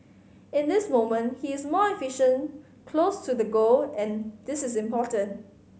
in this moment he is more efficient close to the goal and this is important